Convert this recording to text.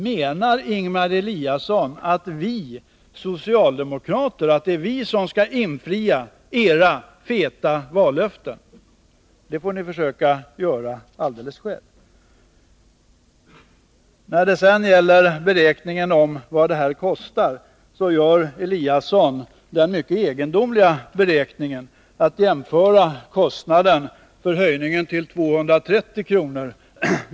Menar Ingemar Eliasson för resten att vi socialdemokrater skall infria era feta vallöften? Det får ni försöka göra själva. När det sedan gäller beräkningen av vad detta kostar gör Ingemar Eliasson det mycket egendomliga att jämföra kostnaden för höjningen till 230 kr.